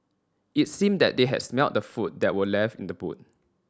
it seemed that they had smelt the food that were left in the boot